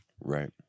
Right